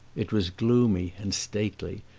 it was gloomy and stately,